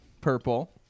purple